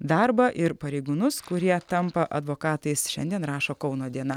darbą ir pareigūnus kurie tampa advokatais šiandien rašo kauno diena